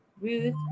Ruth